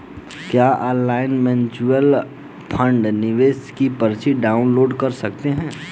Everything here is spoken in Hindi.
क्या ऑनलाइन म्यूच्यूअल फंड निवेश की पर्ची डाउनलोड कर सकते हैं?